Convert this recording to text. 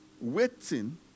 waiting